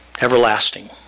everlasting